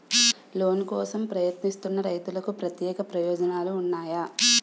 Loan కోసం ప్రయత్నిస్తున్న రైతులకు ప్రత్యేక ప్రయోజనాలు ఉన్నాయా?